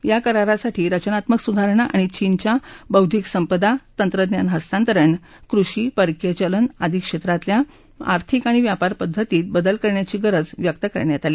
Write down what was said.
या करारासाठी रचनात्मक सुधारणा आणि चीनच्या बौद्वीक संपदा तंत्रज्ञान हस्तांतरण कृषी परकीय चलन आदी क्षेत्रातल्या आर्थिक आणि व्यापार पद्धतीत बदल करण्याची गरज व्यक्त करण्यात आली